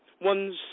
One's